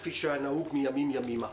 כפי שהיה נהוג מימים ימימה.